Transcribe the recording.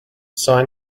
sign